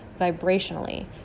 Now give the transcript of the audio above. vibrationally